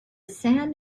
sand